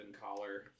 Collar